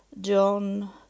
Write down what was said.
John